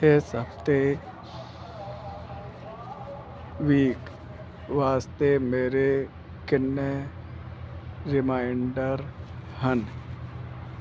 ਇਸ ਹਫ਼ਤੇ ਵ ਵਾਸਤੇ ਮੇਰੇ ਕਿੰਨੇ ਰੀਮਾਇਨਡਰ ਹਨ